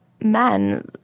men